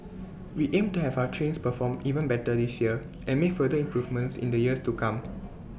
we aim to have our trains perform even better this year and make further improvements in the years to come